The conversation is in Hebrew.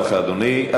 תודה רבה לך, אדוני.